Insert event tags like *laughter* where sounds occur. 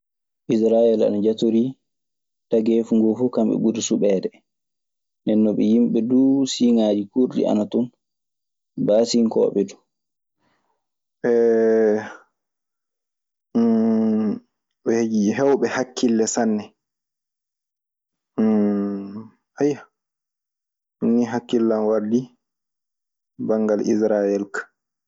Israayel ana jatorii, tageefu ngoo fuu kamɓe ɓuri suɓeede. Nden non ɓe yimɓe duu, siiŋaaji kuurɗi ana ton. Baasinkooɓe du. *hesitation* hewɓe hakkille sanne. *hesitation* ayyo, ɗun ni hakkille an waddi banngal israyel ka.